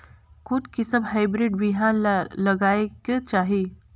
कोन किसम हाईब्रिड बिहान ला लगायेक चाही?